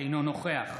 אינו נוכח